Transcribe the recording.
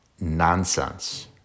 nonsense